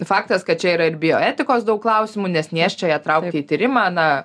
faktas kad čia yra ir bioetikos daug klausimų nes nėščiąją traukti į tyrimą na